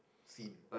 sin